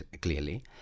clearly